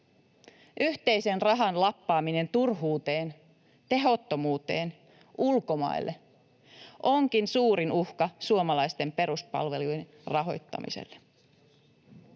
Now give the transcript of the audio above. Yhteisen rahan lappaaminen turhuuteen, tehottomuuteen, ulkomaille onkin suurin uhka suomalaisten peruspalveluiden rahoittamiselle.